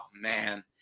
man